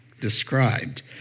described